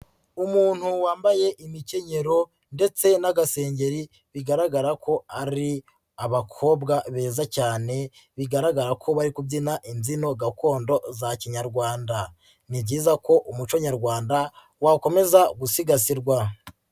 Umuntu wambaye imikenyero ndetse n'agasengeri bigaragara ko ari abakobwa beza cyane bigaragara ko bari kubyina imbyino gakondo za kinyarwanda, ni byiza ko umuco nyarwanda wakomeza gusigasirwa.